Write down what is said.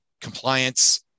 compliance